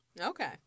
okay